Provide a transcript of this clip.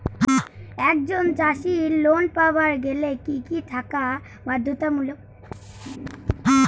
একজন চাষীর লোন পাবার গেলে কি কি থাকা বাধ্যতামূলক?